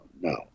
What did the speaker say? no